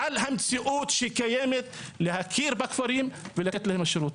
על המציאות שקיימת להכיר בכפרים ולתת להם שירות.